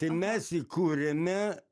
tai mes įkūrėme